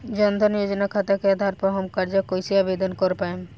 जन धन योजना खाता के आधार पर हम कर्जा कईसे आवेदन कर पाएम?